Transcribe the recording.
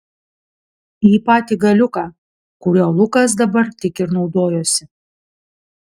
į patį galiuką kuriuo lukas dabar tik ir naudojosi